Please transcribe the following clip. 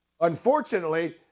Unfortunately